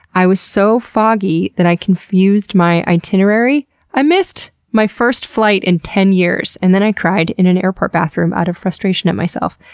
i was so foggy that i confused my itinerary and missed my first flight in ten years. and then i cried in an airport bathroom out of frustration at myself,